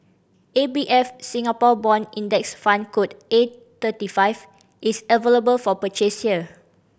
A B F Singapore Bond Index Fund code A thirty five is available for purchase here